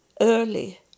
early